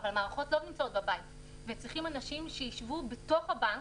אבל המערכות לא נמצאות בבית וצריך אנשים שיישבו בתוך הבנק,